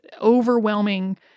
overwhelming